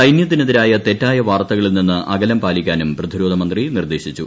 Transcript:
സൈനൃത്തിനെതിരായ തെറ്റായ വാർത്തകളിൽ നിന്ന് അകലം പാലിക്കാനും പ്രതിരോധമന്ത്രി നിർദ്ദേശിച്ചു